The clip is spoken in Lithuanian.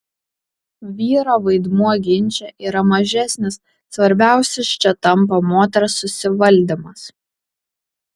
vyro vaidmuo ginče yra mažesnis svarbiausias čia tampa moters susivaldymas